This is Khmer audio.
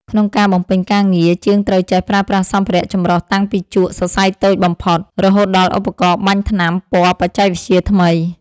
ក្នុងការបំពេញការងារ ជាងត្រូវចេះប្រើប្រាស់សម្ភារៈចម្រុះតាំងពីជក់សរសៃតូចបំផុត រហូតដល់ឧបករណ៍បាញ់ថ្នាំពណ៌បច្ចេកវិទ្យាថ្មី។